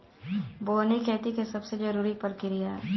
बोअनी खेती के सबसे जरूरी प्रक्रिया हअ